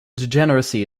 degeneracy